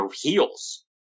heels